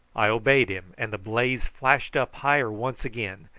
i obeyed him, and the blaze flashed up higher once again,